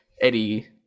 Eddie